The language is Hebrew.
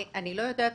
אני לא יודעת.